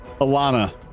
Alana